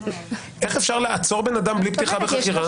איך אפשר לעצור בן אדם בלי פתיחה בחקירה?